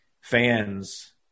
fans